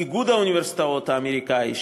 איגוד האוניברסיטאות האמריקני,